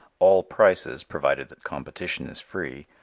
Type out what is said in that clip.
all prices, provided that competition is free,